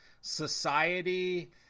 society